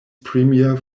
premier